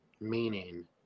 Meaning